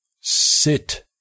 Sit